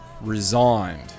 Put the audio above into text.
resigned